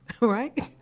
right